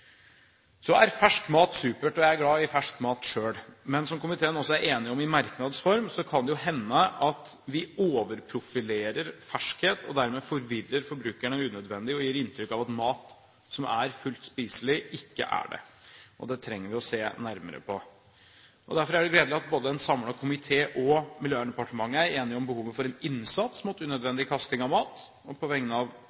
Så er fersk mat supert, og jeg er glad i fersk mat selv. Men som komiteen også er enig om i merknads form, kan det jo hende at vi overprofilerer ferskhet og dermed forvirrer forbrukerne unødvendig og gir inntrykk av at mat som er fullt spiselig, ikke er det. Det trenger vi å se nærmere på. Derfor er det gledelig at både en samlet komité og Miljøverndepartementet er enige om behovet for en innsats mot